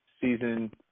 season